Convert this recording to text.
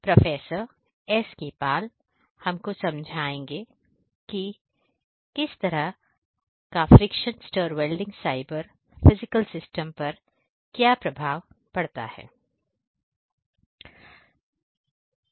professor S K Pal हमको समझाएंगे की इस तरह का friction stir welding cyber physical systems पर क्या प्रभाव पड़ता है